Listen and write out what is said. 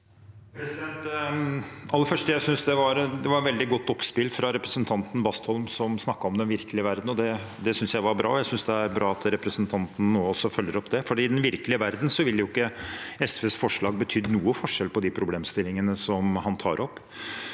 synes jeg det var et veldig godt oppspill fra representanten Bastholm, som snakket om den virkelige verden. Det synes jeg var bra, og jeg synes det er bra at representanten nå også følger det opp, for i den virkelige verden ville jo ikke SVs forslag betydd noen forskjell på de problemstillingene som han tar opp